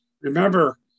Remember